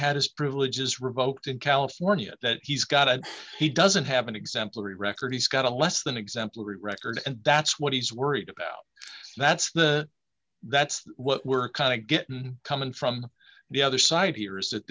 had his privileges revoked in california that he's got a he doesn't have an exemplary record he's got a less than exemplary record and that's what he's worried about and that's the that's what we're kind of getting coming from the other side here is that